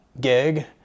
gig